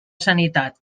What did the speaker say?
sanitat